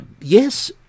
Yes